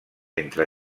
entre